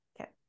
Okay